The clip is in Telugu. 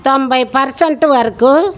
తొంభై పర్సెంట్ వరకు